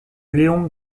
léon